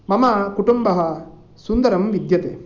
मम कुटुम्बः सुन्दरं विद्यते